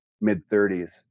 mid-30s